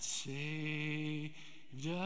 saved